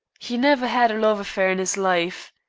he never had a love affair in his life.